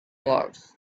words